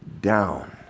down